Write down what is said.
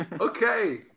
okay